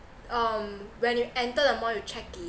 um when you enter the mall you check in